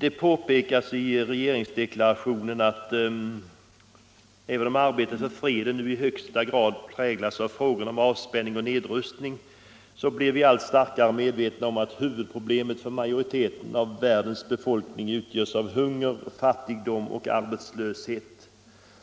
Det påpekas i regeringsdeklarationen att även om arbetet för freden nu i högsta grad präglas av frågan om avspänning och nedrustning så blir vi allt starkare medvetna om att huvudproblemen för majoriteten av världens befolkning är hunger, fattigdom och arbetslöshet.